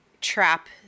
trap